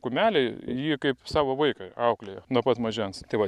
kumelė jį kaip savo vaiką auklėjo nuo pat mažens tai va